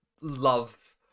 love